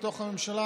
מתוך הממשלה,